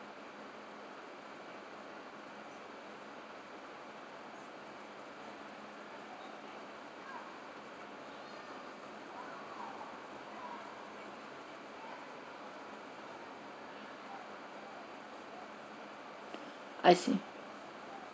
I see